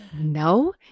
no